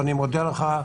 ואני מודה לך,